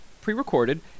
pre-recorded